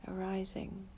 arising